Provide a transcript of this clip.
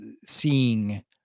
seeing